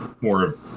more